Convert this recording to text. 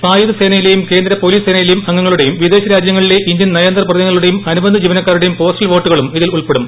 സായുധ സേനയിലേയും കേന്ദ്ര പോലീസ് സേനയിലേയും അംഗങ്ങളുടെയും വിദേശ രാജ്യങ്ങളിലെ ഇന്ത്യൻ നയതന്ത്ര പ്രതിനിധികളുടേയും അനുബന്ധ ജീവനക്കാരുടേയും പോസ്റ്റൽ വോട്ടുകളും ഇതിൽ ഉൾപ്പെടും